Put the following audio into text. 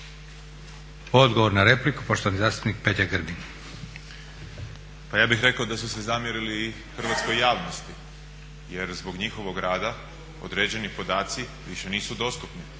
Odgovor na repliku, poštovani zastupnik Peđa Grbin. **Grbin, Peđa (SDP)** Pa ja bih rekao da su se zamjerili i hrvatskoj javnosti jer zbog njihovog rada određeni podaci više nisu dostupni.